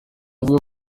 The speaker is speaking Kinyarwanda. avuga